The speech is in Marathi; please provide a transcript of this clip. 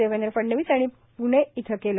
देवेंद्र फडणवीस यांनी प्णे इथं केले